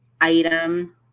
item